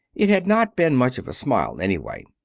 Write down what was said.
it had not been much of a smile, anyway.